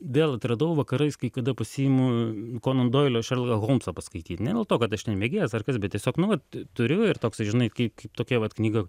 vėl atradau vakarais kai kada pasiimu kono doilio šerloką holmsą paskaityt ne dėl to kad aš ten mėgėjas ar kas bet tiesiog nu vat turiu ir toksai žinai kaip kaip tokia vat knyga